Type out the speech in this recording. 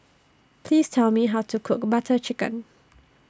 Please Tell Me How to Cook Butter Chicken